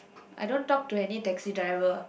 I don't talk to any taxi driver